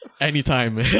anytime